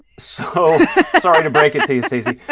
so sorry to break it to you, stacey